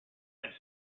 had